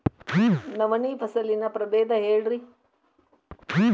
ನವಣಿ ಫಸಲಿನ ಪ್ರಭೇದ ಹೇಳಿರಿ